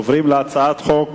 ועוברים להצעת חוק